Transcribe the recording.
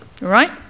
Right